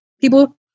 people